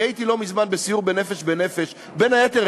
אני הייתי לא מזמן בסיור ב"נפש בנפש"; בין היתר,